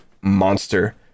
monster